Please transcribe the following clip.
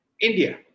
India